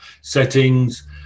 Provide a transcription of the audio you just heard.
settings